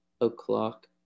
o'clock